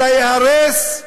אלא ייהרס,